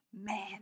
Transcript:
man